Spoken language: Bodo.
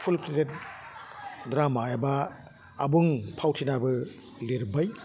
फुल क्रिएट ड्रामा एबा आबुं फावथिनाबो लिरबाय